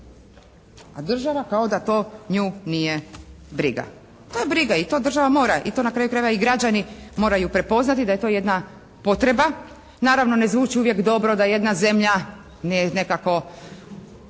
a država kao da to nju nije briga. To je briga i to država mora i to na kraju krajeva i građani moraju prepoznati da je to jedna potreba. Naravno ne zvuči uvijek dobro da je jedna zemlja nekako